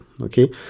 Okay